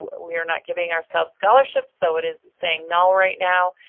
we are not giving ourselves scholarships so it is saying null right now.